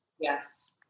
Yes